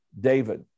David